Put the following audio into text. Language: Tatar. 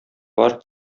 бар